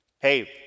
Hey